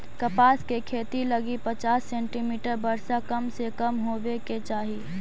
कपास के खेती लगी पचास सेंटीमीटर वर्षा कम से कम होवे के चाही